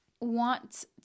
want